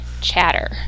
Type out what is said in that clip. Chatter